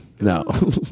No